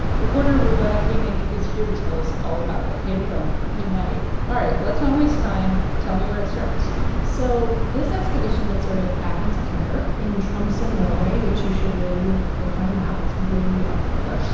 reporter ravenna koenig is here to tell us all about it. hey, ravenna hey, maddie all right, let's not waste time. tell me where it starts so this expedition that started back in september, in tromso, norway, which you should really look on a map. it's way up there.